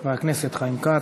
חבר הכנסת חיים כץ.